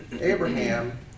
Abraham